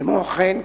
כמו כן,